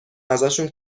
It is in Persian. ازشون